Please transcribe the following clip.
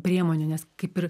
priemonių nes kaip ir